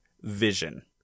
vision